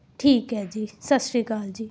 ਠੀਕ ਹੈ ਜੀ ਸਤਿ ਸ਼੍ਰੀ ਅਕਾਲ ਜੀ